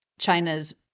China's